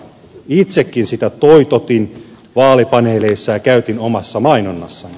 itsekin sitä toitotin vaalipaneeleissa ja käytin omassa mainonnassani